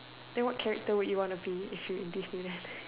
then what character would you want to be if you were in Disneyland